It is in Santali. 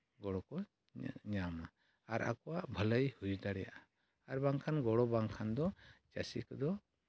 ᱜᱚᱲᱚ ᱠᱚ ᱧᱟᱢᱟ ᱟᱨ ᱟᱠᱚᱣᱟᱜ ᱵᱷᱟᱹᱞᱟᱹᱭ ᱦᱩᱭ ᱫᱟᱲᱮᱭᱟᱜᱼᱟ ᱟᱠ ᱵᱟᱝᱠᱷᱟᱱ ᱜᱚᱲᱚ ᱵᱟᱝᱠᱷᱟᱱ ᱫᱚ ᱪᱟᱹᱥᱤ ᱠᱚᱫᱚ